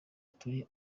turi